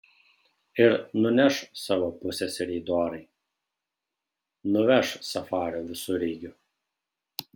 ir nuneš savo pusseserei dorai nuveš safario visureigiu